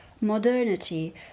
Modernity